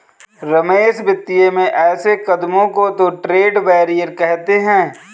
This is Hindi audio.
रमेश वित्तीय में ऐसे कदमों को तो ट्रेड बैरियर कहते हैं